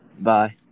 Bye